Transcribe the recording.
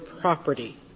property